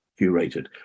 curated